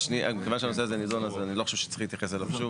מכיוון שהנושא הזה נידון אז אני לא חושב שצריך להתייחס אליו שוב,